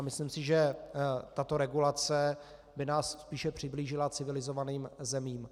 Myslím si, že tato regulace by nás spíše přiblížila civilizovaným zemím.